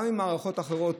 שבא ממערכות אחרות,